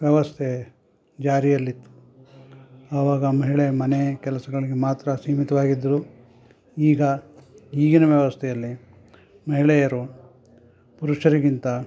ವ್ಯವಸ್ಥೆ ಜಾರಿಯಲ್ಲಿತ್ತು ಅವಾಗ ಮಹಿಳೆ ಮನೆ ಕೆಲಸಗಳಿಗೆ ಮಾತ್ರ ಸೀಮಿತವಾಗಿದ್ರು ಈಗ ಈಗಿನ ವ್ಯವಸ್ಥೆಯಲ್ಲಿ ಮಹಿಳೆಯರು ಪುರುಷರಿಗಿಂತ